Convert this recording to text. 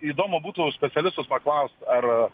įdomu būtų specialistus paklaust ar